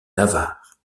navarre